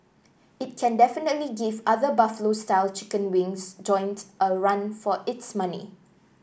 it can definitely give other Buffalo style chicken wings joint a run for its money